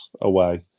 away